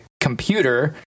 computer